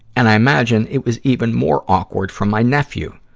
and i imagine it was even more awkward for my nephew,